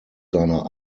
seiner